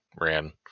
ran